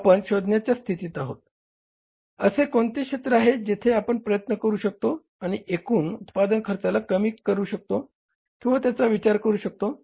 आपण शोधण्याच्या स्थितीत आहोत की असे कोणते क्षेत्र आहे जथे आपण प्रयत्न करू शकतो आणि एकूण उत्पादन खर्चाला कमी करू शकतो किंवा त्याचा विचार करू शकतो